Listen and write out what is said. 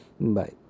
Bye